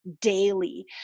daily